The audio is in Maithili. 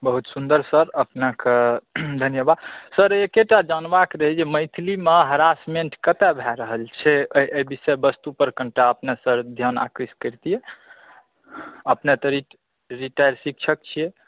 बहुत सुन्दर सर अपनाकेँ धन्यवाद सर एकेटा जानबाक रहय जे मैथिलीमे ह्राससमेन्ट कतऽ भए रहल छै एहि विषय वस्तु पर कनिटा अपने सर ध्यान आकृष्ट करितियै अपने तऽ रिटायर्ड शिक्षक छियै